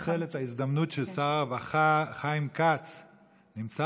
אולי ננצל את ההזדמנות ששר הרווחה חיים כץ נמצא